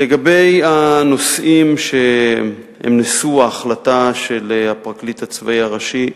לגבי הנושאים שהם נשוא ההחלטה של הפרקליט הצבאי הראשי,